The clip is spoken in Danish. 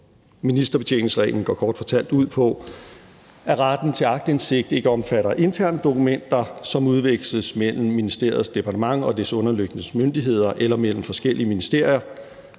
Ministerbetjeningsreglen går kort fortalt ud på, at retten til aktindsigt ikke omfatter interne dokumenter, som udveksles mellem ministeriets departement og dets underliggende myndigheder eller mellem forskellige ministerier.